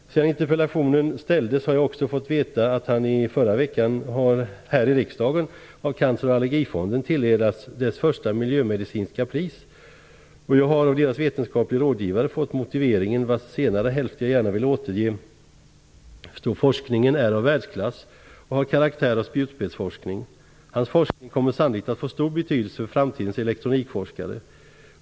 Sedan interpellationen ställdes har jag också fått veta att han i förra veckan här i riksdagen av Cancer Och Allergifonden har tilldelats dess första miljömedicinska pris. Jag har av dess vetenskaplige rådgivare fått motiveringen till detta, vars senare hälft jag gärna vill återge: Forskningen är av världsklass och har karaktär av spjutspetsforskning. Hans forskning kommer sannolikt att få stor betydelse för framtidens elektronikforskare.